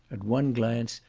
at one glance,